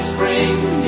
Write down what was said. Spring